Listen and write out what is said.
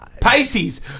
pisces